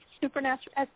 Supernatural